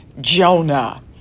Jonah